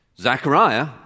Zechariah